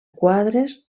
quadres